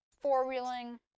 four-wheeling